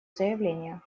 заявление